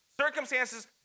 Circumstances